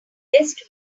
best